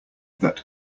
that